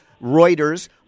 Reuters